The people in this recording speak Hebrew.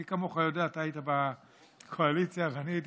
מי כמוך יודע, אתה היית בקואליציה ואני הייתי